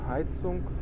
Heizung